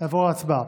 לעבור להצבעה.